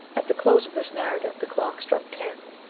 at the close of this narrative, the clock struck ten,